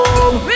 home